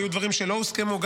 היו דברים שלא הוסכמו,